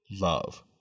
love